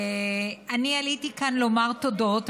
אני עליתי לכאן לומר תודות,